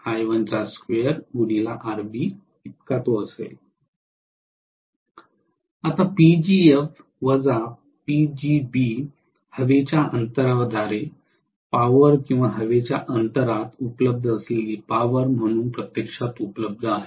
आता हवेच्या अंतरांद्वारे पॉवर किंवा हवेच्या अंतरात उपलब्ध असलेली पॉवर म्हणून प्रत्यक्षात उपलब्ध आहे